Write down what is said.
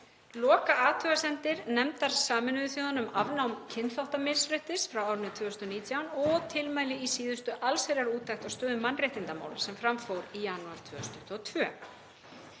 lokaathugasemdir nefndar Sameinuðu þjóðanna um afnám kynþáttamisréttis frá árinu 2019 og tilmæli í síðustu allsherjarúttekt á stöðu mannréttindamála sem fram fór í janúar 2022.